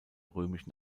römischen